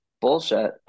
bullshit